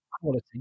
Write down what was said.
quality